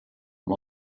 amb